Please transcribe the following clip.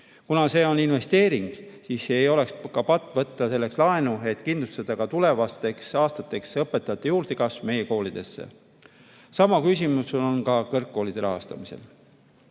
Kuna see on investeering, siis ei oleks ka patt võtta laenu selleks, et kindlustada tulevasteks aastateks õpetajate juurdekasv meie koolides. Sama küsimus on ka kõrgkoolide rahastamisel.